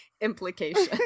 implication